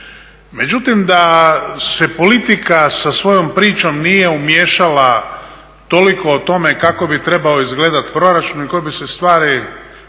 Međutim, da se politika sa svojom pričom nije umiješala, toliko o tome kako bi trebao izgledati proračun i koje bi se stvari trebale